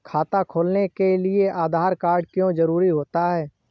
खाता खोलने के लिए आधार कार्ड क्यो जरूरी होता है?